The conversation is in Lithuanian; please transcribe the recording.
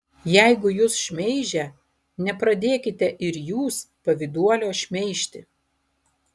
jeigu jus šmeižia nepradėkite ir jūs pavyduolio šmeižti